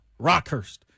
Rockhurst